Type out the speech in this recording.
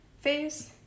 face